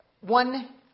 One